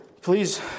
Please